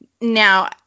Now